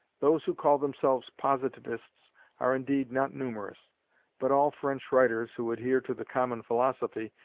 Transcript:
those who call themselves positivists are indeed not numerous but all french writers who adhere to the common philosophy,